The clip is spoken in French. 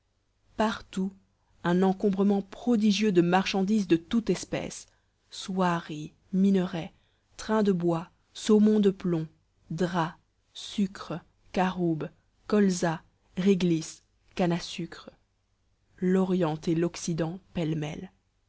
partout un encombrement prodigieux de marchandises de toute espèce soieries minerais trains de bois saumons de plomb draps sucres caroubes colzas réglisses cannes à sucre l'orient et l'occident pêle-mêle